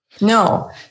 no